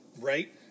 Right